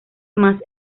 más